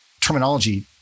terminology